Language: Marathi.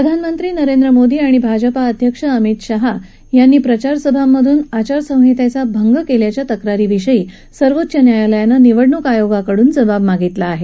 प्रधानमंत्री नरेंद्र मोदी आणि भाजपा अध्यक्ष अमित शहा यांनी प्रचारसभांमधून आचारसंहितेचा भंग केल्याच्या तक्रारीविषयी सर्वोच्च न्यायालयानं निवडणूक आयोगाकडून जबाब मागितला आहे